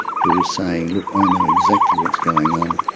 who was saying, look, i know exactly what's going on,